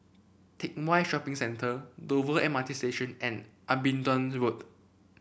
Teck Whye Shopping Centre Dover M R T Station and Abingdon Road